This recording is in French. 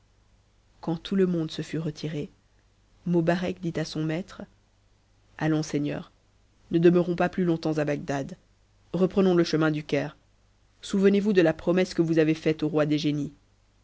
quand tout e monde se fut retiré mobarec dit à son maître allons seigneur ne demeurons pas plus longtemps à bagdad reprenons le chemin du caire souvenez-vous de la promesse que vous avez faite au roi des génies